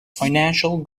financial